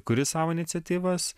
kuri savo iniciatyvas